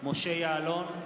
משה יעלון,